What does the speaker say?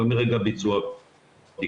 לא מרגע ביצוע בדיקה.